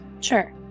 Sure